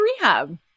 Rehab